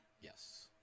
Yes